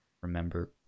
remember